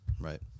Right